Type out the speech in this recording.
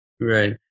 Right